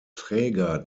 träger